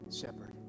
shepherd